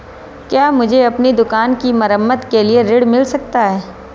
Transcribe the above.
क्या मुझे अपनी दुकान की मरम्मत के लिए ऋण मिल सकता है?